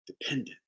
dependent